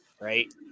right